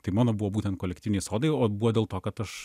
tai mano buvo būtent kolektyviniai sodai o buvo dėl to kad aš